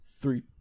three